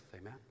amen